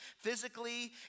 physically